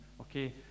okay